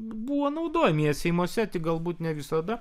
buvo naudojama ji seimuose tik galbūt ne visada